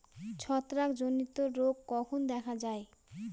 ছত্রাক জনিত রোগ কখন দেখা য়ায়?